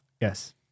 Yes